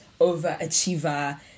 overachiever